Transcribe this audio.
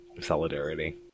Solidarity